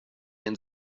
and